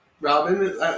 Robin